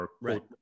right